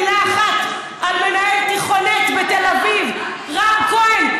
מילה אחת על מנהל תיכונט בתל אביב רם כהן,